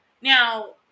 Now